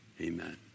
Amen